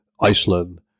Iceland